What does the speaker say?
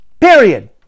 Period